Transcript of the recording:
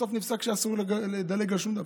בסוף נפסק שאסור לדלג על שום דבר.